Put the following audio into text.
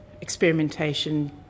experimentation